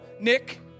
Nick